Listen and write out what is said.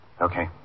Okay